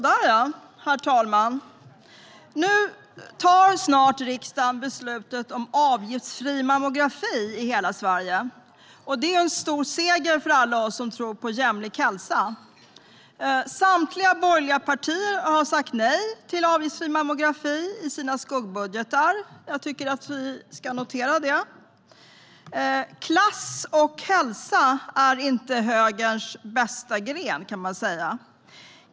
Herr talman! Nu ska riksdagen snart fatta beslut om avgiftsfri mammografi i hela Sverige. Det är en stor seger för alla oss som tror på jämlik hälsa. Samtliga borgerliga partier har sagt nej till avgiftsfri mammografi i sina skuggbudgetar. Jag tycker att det ska noteras. Klass och hälsa är inte högerns bästa gren, kan man säga.